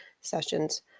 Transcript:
sessions